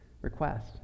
request